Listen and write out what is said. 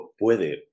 puede